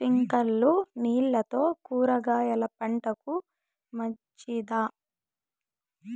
స్ప్రింక్లర్లు నీళ్లతో కూరగాయల పంటకు మంచిదా?